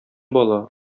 бала